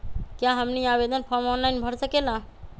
क्या हमनी आवेदन फॉर्म ऑनलाइन भर सकेला?